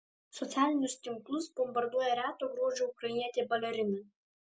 socialinius tinklus bombarduoja reto grožio ukrainietė balerina